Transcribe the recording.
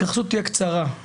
ההתייחסות תהיה קצרה.